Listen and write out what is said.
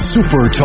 Super